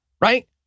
right